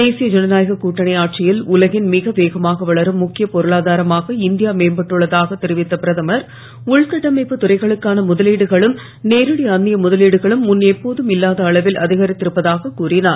தேசிய ஜனநாயகக் கூட்டணி ஆட்சியில் உலகின் மிக வேகமாக வளரும் ழுக்கியப் பொருனாதாரமாக இந்தியா மேம்பட்டுள்ளதாகத் தெரிவித்த பிரதமர் உள்கட்டமைப்புத் துறைகளுக்கான முதலீடுகளும் நேரடி அன்னிய முதலீடுகளும் முன் எப்போதும் இல்லாத அளவில் அதிகரித்திருப்பதாகக் கூறிஞர்